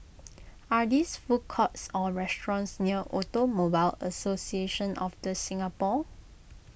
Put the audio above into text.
are these food courts or restaurants near Automobile Association of the Singapore